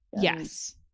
Yes